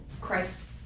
Christ